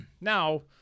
now